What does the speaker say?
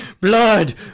blood